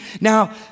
Now